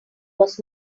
was